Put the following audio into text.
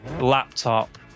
laptop